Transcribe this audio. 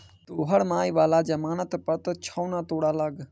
तोहर माय बला जमानत पत्र छौ ने तोरा लग